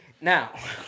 Now